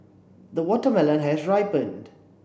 the watermelon has ripened